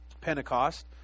Pentecost